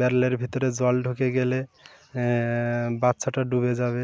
ব্যারেলের ভিতরে জল ঢুকে গেলে বাচ্চাটা ডুবে যাবে